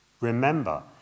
Remember